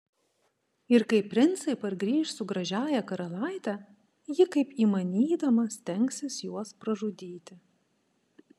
ir kai princai pargrįš su gražiąja karalaite ji kaip įmanydama stengsis juos pražudyti